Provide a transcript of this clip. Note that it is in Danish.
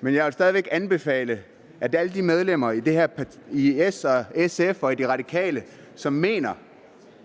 Men jeg vil stadig væk anbefale, at alle de medlemmer i S, SF og De Radikale, som mener,